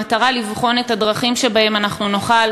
במטרה לבחון את הדרכים שבהן אנחנו נוכל